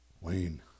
Wayne